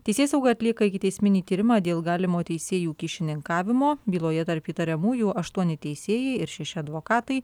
teisėsauga atlieka ikiteisminį tyrimą dėl galimo teisėjų kyšininkavimo byloje tarp įtariamųjų aštuoni teisėjai ir šeši advokatai